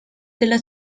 della